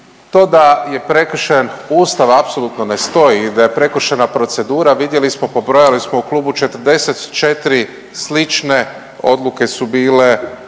To da je prekršen Ustav apsolutno ne stoji i da je prekršena procedura vidjeli smo, pobrojali smo u klubu 44 slične odluke su bile